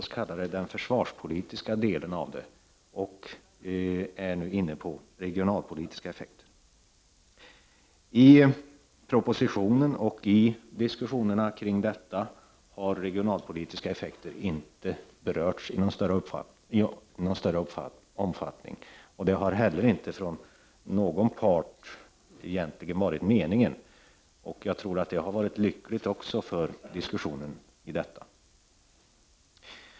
Jag har nu lämnat den försvarspolitiska delen och är inne på regionalpolitiska effekter. I propositionen och i diskussionerna kring detta har de regionalpolitiska effekterna inte berörts i någon större omfattning, och det har heller inte från någon part varit meningen, vilket jag tror har varit lyckligt för diskussionen.